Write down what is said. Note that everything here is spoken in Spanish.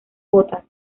botas